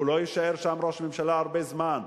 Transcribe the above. הוא לא יישאר שם ראש ממשלה הרבה זמן,